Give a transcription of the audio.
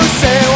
say